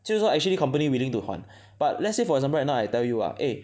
就是说 actually company willing to 还 but let's say for example right now I tell you ah